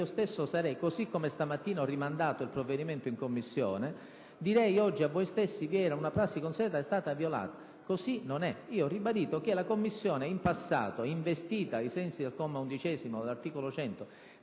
io stesso, così come stamattina ho rinviato il provvedimento in Commissione, direi oggi a voi: vi era una prassi consolidata, è stata violata, ma così non è. Ho ribadito che le Commissioni, in passato, investite ai sensi del comma 11 dell'articolo 100